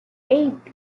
eight